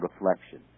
reflection